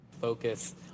focus